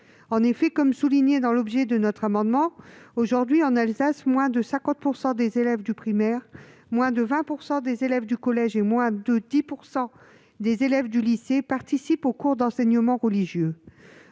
il est souligné dans l'objet de notre amendement, aujourd'hui, moins de 50 % des élèves du primaire, moins de 20 % des élèves des collèges et moins de 10 % des élèves des lycées participent en Alsace aux cours d'enseignement religieux.